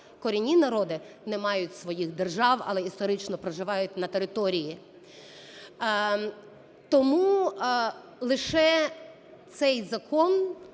корінні народи не мають своїх держав, але історично проживають на території. Тому лише цей закон